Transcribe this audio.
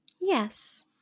Yes